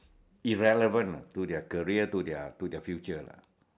irrelevant ah to their career to their to their future lah